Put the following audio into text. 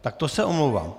Tak to se omlouvám.